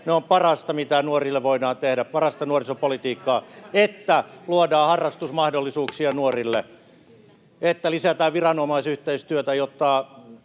se on parasta, mitä nuorille voidaan tehdä. On parasta nuorisopolitiikkaa, että luodaan harrastusmahdollisuuksia nuorille,